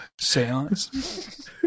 seance